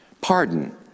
Pardon